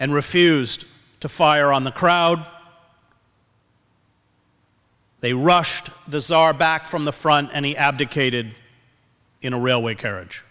and refused to fire on the crowd they rushed the tsar back from the front and he abdicated in a railway carriage